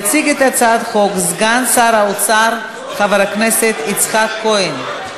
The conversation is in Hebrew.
יציג את הצעת החוק סגן שר האוצר חבר הכנסת יצחק כהן.